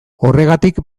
horregatik